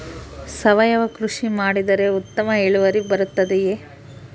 ಸಾವಯುವ ಕೃಷಿ ಮಾಡಿದರೆ ಉತ್ತಮ ಇಳುವರಿ ಬರುತ್ತದೆಯೇ?